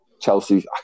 Chelsea